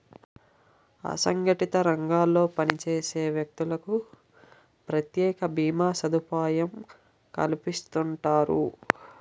అసంగటిత రంగాల్లో పనిచేసే వ్యక్తులకు ప్రత్యేక భీమా సదుపాయం కల్పిస్తుంటారు